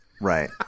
Right